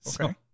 Okay